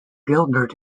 gilbert